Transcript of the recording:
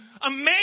amazing